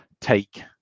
take